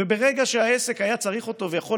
וברגע שהעסק היה צריך אותו ויכול